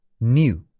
new